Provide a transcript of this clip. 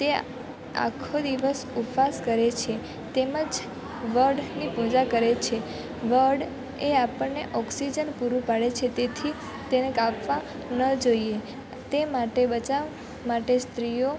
તે આખો દિવસ ઉપવાસ કરે છે તેમજ વડની પૂજા કરે છે વડ એ આપણને ઓક્સિજન પૂરું પાડે છે તેથી તેને કાપવા ન જોઈએ તે માટે બચાવ માટે સ્ત્રીઓ તેમને